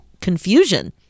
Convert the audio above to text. confusion